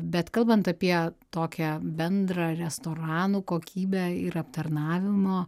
bet kalbant apie tokią bendrą restoranų kokybę ir aptarnavimo